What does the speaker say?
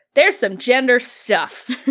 there's some gender stuff.